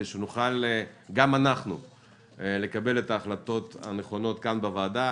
שנוכל גם אנחנו לקבל את ההחלטות הנכונות כאן בוועדה.